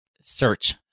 search